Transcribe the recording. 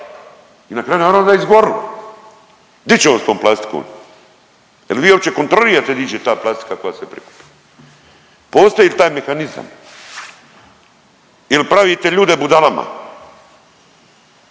i na kraju naravno da je izgorilo. Di će on s tom plastikom? Jel vi uopće kontrolirate di će ta plastika koja se prikupi? Postoji li taj mehanizam ili pravite ljude budalama?